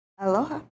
Aloha